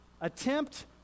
Attempt